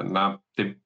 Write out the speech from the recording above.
na taip